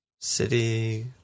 city